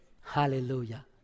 Hallelujah